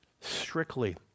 strictly